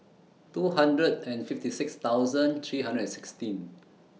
two hundred and fifty six thousand three hundred and sixteen